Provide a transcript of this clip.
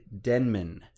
Denman